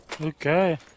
Okay